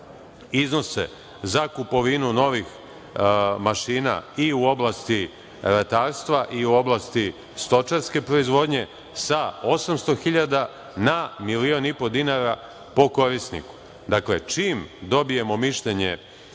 iznose za kupovinu novih mašina i u oblasti ratarstva i u oblasti stočarske proizvodnje sa 800.000 na 1.500.000 dinara po korisniku. Dakle, čim dobijemo mišljenje